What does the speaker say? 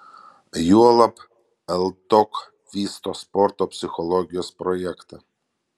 juolab ltok vysto sporto psichologijos projektą